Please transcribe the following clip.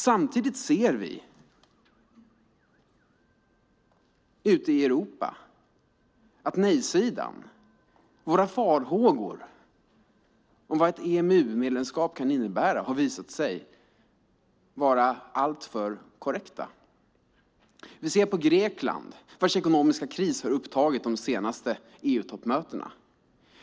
Samtidigt ser vi ute i Europa att nej-sidans farhågor om vad ett EMU-medlemskap kan innebära har visat sig vara alltför korrekta. Vi ser på Grekland, vars ekonomiska kris har upptagit de senaste EU-toppmötena.